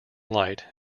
light